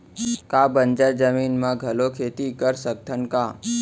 का बंजर जमीन म घलो खेती कर सकथन का?